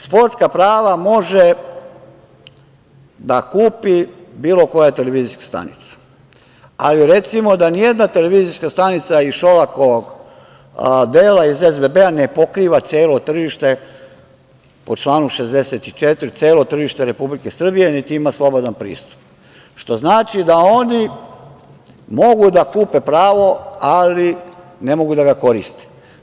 Sportska prava može da kupi bilo koja televizijska stanica, ali recimo da ni jedna televizijska stanica iz Šolakovog dela iz SBB-a ne pokriva celo tržište, po članu 64. celo tržište Republike Srbije, niti ima slobodan pristup, što znači da oni mogu da kupe pravo, ali ne mogu da ga koriste.